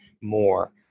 more